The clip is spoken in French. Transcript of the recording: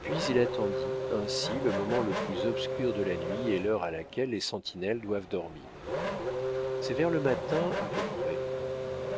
puis il attendit ainsi le moment le plus obscur de la nuit et l'heure à laquelle les sentinelles doivent dormir c'est vers le matin à peu près